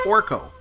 Orko